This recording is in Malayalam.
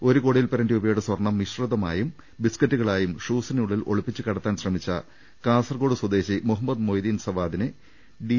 ഒരു ക്ടോടിയിൽപരം രൂപ യുടെ സ്വർണം മിശ്രിതമായും ബിസ്കറ്റുകളായും ഷൂസിനുള്ളിൽ ഒളിപ്പിച്ച് കടത്താൻ ശ്രമിച്ച കാസർകോട് സ്വദേശി മുഹമ്മദ് മൊയ്തീൻ സവാദിനെ ഡി